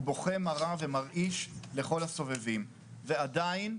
הוא בוכה מרה ומרעיש לכל הסובבים ועדיין,